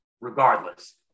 regardless